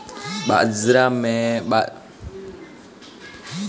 बाज़ार में एक किवंटल यूरिया पर कितने का ऑफ़र है?